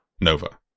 nova